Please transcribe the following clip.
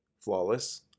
flawless